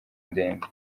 ndende